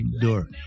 door